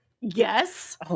Yes